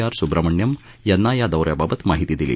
R Subramanyam यांना या दौऱ्याबाबत माहिती दिली